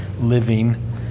living